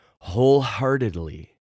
wholeheartedly